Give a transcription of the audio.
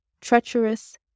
treacherous